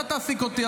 אתה תעסיק אותי,